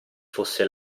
fosse